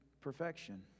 perfection